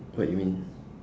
what you mean